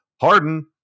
Harden